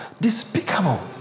despicable